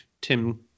Tim